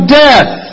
death